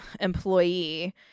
employee